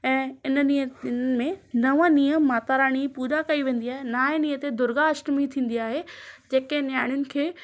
ऐ हिन ॾींहुं में नव ॾींहुं माताराणी पूॼा कई वेंदी आहे नाएं ॾींहुं ते दुर्गा अष्टमी थींदी आहे जेके नियाणियुनि खे